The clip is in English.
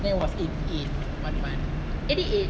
there was eighty eight one month